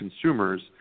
consumers